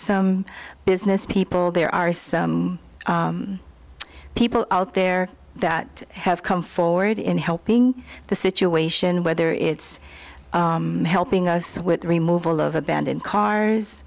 some business people there are some people out there that have come forward in helping the situation whether it's helping us with remove all of abandoned cars